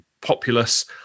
populace